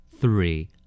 Three